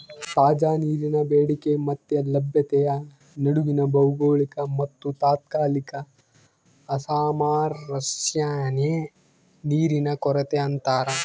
ತಾಜಾ ನೀರಿನ ಬೇಡಿಕೆ ಮತ್ತೆ ಲಭ್ಯತೆಯ ನಡುವಿನ ಭೌಗೋಳಿಕ ಮತ್ತುತಾತ್ಕಾಲಿಕ ಅಸಾಮರಸ್ಯನೇ ನೀರಿನ ಕೊರತೆ ಅಂತಾರ